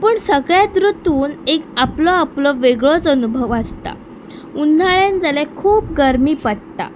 पूण सगळ्यांत रुतून एक आपलो आपलो वेगळोच अनुभव आसता उनाळ्यान जाल्यार खूब गरमी पडटा